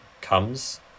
comes